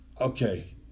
okay